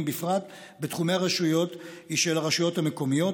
בפרט בתחומי הרשויות היא של הרשויות המקומיות,